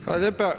Hvala lijepa.